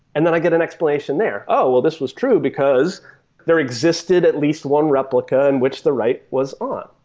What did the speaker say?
and then i get an explanation there, oh! this was true because there existed at least one replica in which the write was on.